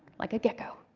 like a gecko.